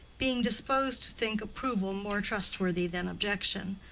being disposed to think approval more trustworthy than objection,